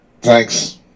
Thanks